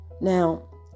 Now